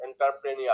entrepreneur